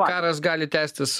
karas gali tęstis